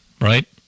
right